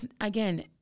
again